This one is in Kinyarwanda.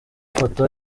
ifoto